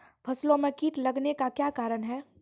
फसलो मे कीट लगने का क्या कारण है?